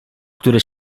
które